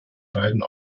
beiden